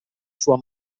sua